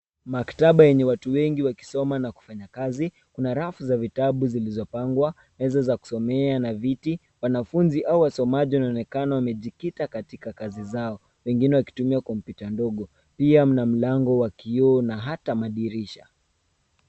Maktaba enye watu wengi wakisoma na kufanya kazi. kuna rafu za vitabu zilizopangwa, meza za kusomea na viti, wanafunzi au wasomaji wanaonekana wamejikita katika kazi zao wengine wakitumia kompyuta ndogo, pia mna mlango wa kioo na hata madirisha.